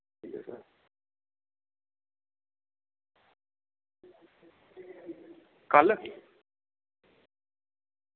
कल